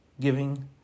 giving